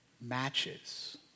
matches